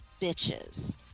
bitches